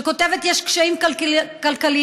שכותבת: יש קשיים כלכליים.